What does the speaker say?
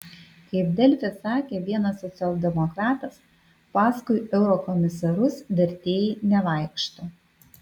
kaip delfi sakė vienas socialdemokratas paskui eurokomisarus vertėjai nevaikšto